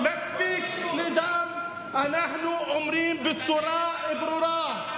איזה ערכים, אתה נגד טרור או שאתה תומך טרור?